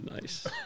nice